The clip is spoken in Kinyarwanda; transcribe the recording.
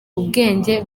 ubwenge